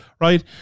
right